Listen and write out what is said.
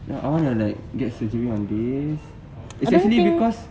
the owner like get surgery on this its actually because